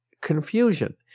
confusion